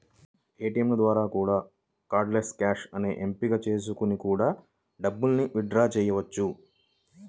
ఏటియంల ద్వారా cardless cash అనే ఎంపిక చేసుకొని కూడా డబ్బుల్ని విత్ డ్రా చెయ్యొచ్చు